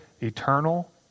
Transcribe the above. eternal